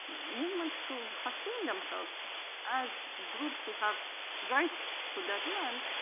movements to sustain themselves as groups who have rights to that land.